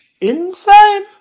inside